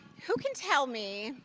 who can tell me,